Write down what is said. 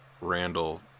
Randall